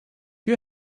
you